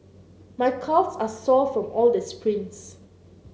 my calves are sore from all the sprints